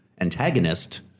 antagonist